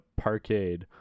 parkade